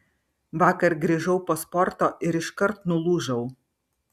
vakar grįžau po sporto ir iškart nulūžau